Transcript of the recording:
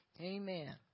Amen